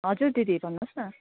हजुर दिदी भन्नुहोस् न